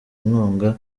inkunga